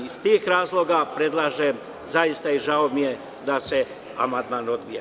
Iz tih razloga predlažem zaista, a žao mi je, da se amandman odbije.